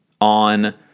on